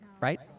Right